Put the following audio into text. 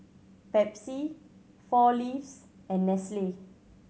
Pepsi Four Leaves and Nestle